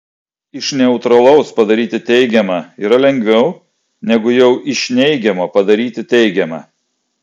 iš neutralaus padaryti teigiamą yra lengviau negu jau iš neigiamo padaryti teigiamą